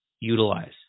utilize